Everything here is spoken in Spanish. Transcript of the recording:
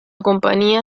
compañía